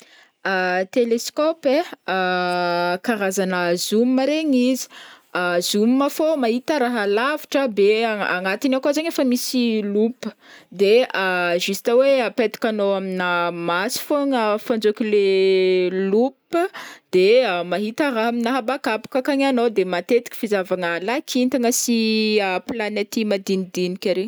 Telescopy e, karazagna zoom regny izy, zoom fô mahita raha lavitra be a- agnatiny akao zagny efa misy loupe de juste oe apetakagnao amina maso fogna manjeky le loupe, de mahita raha amina habakabaka ankagny agnao, de matetiky fizahavagna lakintagna sy planety madinidinika regny.